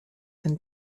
and